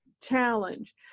challenge